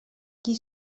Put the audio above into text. qui